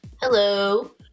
Hello